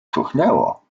cuchnęło